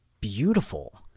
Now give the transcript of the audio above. beautiful